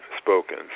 spoken